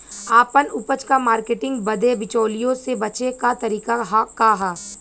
आपन उपज क मार्केटिंग बदे बिचौलियों से बचे क तरीका का ह?